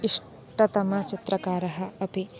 इष्टतमचित्रकारः अपि